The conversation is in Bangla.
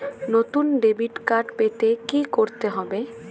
নতুন ডেবিট কার্ড পেতে কী করতে হবে?